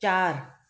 चारि